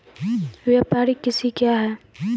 व्यापारिक कृषि क्या हैं?